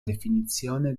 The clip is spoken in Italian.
definizione